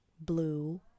blue